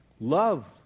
Love